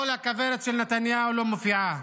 כל הכוורת של נתניהו לא מופיעה,